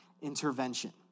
intervention